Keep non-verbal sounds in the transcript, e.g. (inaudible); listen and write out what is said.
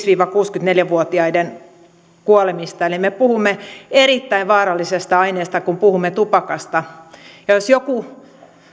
(unintelligible) viiva kuusikymmentäneljä vuotiaiden kuolemista eli me puhumme erittäin vaarallisesta aineesta kun puhumme tupakasta jos joku